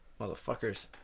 Motherfuckers